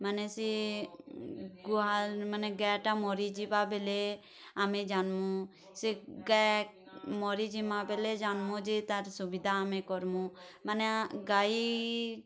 ମାନେ ସିଏ ଗୁହାଲ୍ ମାନେ ଗାଈ ଟା ମରି ଯିବା ବେଲେ ଆମେ ଜାନ୍ମୁଁ ସେ ଗାଈ ମରି ଜିମା ବେଲେ ଜାନ୍ମୁଁ ଯେ ତାର୍ ସୁବିଧା ଆମେ କର୍ମୁଁ ମାନେ ଗାଈ